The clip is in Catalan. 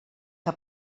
que